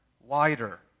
wider